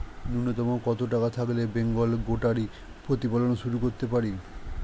নূন্যতম কত টাকা থাকলে বেঙ্গল গোটারি প্রতিপালন শুরু করতে পারি?